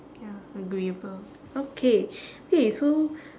ya agreeable okay okay so